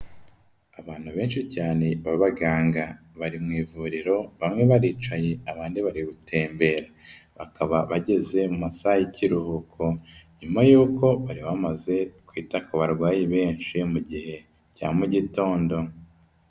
Abantu benshi cyane b'abaganga. Bari mu ivuriro, bamwe baricaye, abandi bari gutembera. Bakaba bageze mu masaha y'ikiruhuko. Nyuma y'uko bari bamaze kwita ku barwayi benshi, mu gihe cya mu gitondo.